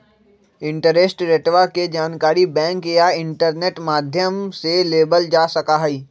interest रेटवा के जानकारी बैंक या इंटरनेट माध्यम से लेबल जा सका हई